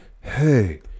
Hey